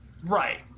Right